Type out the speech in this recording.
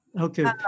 Okay